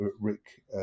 Rick